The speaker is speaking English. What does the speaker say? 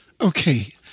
okay